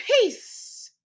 peace